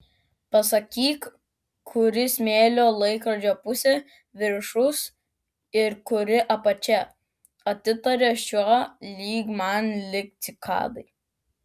pasakyk kuri smėlio laikrodžio pusė viršus ir kuri apačia atitaria šio lyg man lyg cikadai